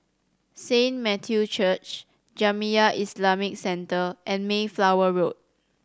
Saint Matthew's Church Jamiyah Islamic Centre and Mayflower Road